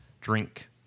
drink